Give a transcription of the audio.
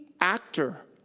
actor